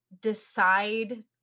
decide